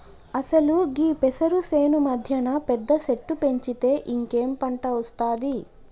అసలు గీ పెసరు సేను మధ్యన పెద్ద సెట్టు పెంచితే ఇంకేం పంట ఒస్తాది